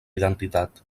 identitat